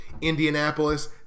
Indianapolis